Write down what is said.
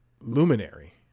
Luminary